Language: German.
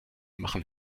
machen